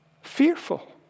fearful